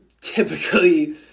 typically